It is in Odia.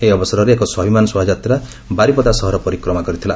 ଏହି ଅବସରରେ ଏକ ସ୍ୱାଭିମାନ ଶୋଭାଯାତ୍ରା ବାରିପଦା ସହର ପରିକ୍ରମା କରିଥିଲା